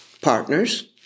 partners